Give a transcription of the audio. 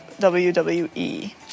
WWE